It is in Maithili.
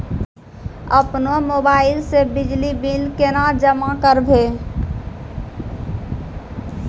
अपनो मोबाइल से बिजली बिल केना जमा करभै?